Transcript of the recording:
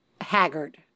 haggard